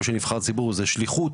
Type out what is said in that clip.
כל מי שנבחר ציבור זה שליחות,